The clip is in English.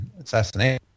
assassination